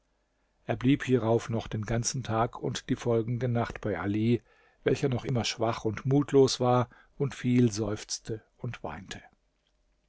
er blieb hierauf noch den ganzen tag und die folgende nacht bei ali welcher noch immer schwach und mutlos war und viel seufzte und weinte